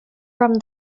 from